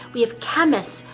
we have chemists,